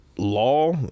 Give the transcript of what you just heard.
Law